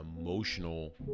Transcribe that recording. emotional